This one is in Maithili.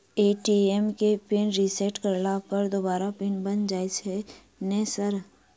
ए.टी.एम केँ पिन रिसेट करला पर दोबारा पिन बन जाइत नै सर?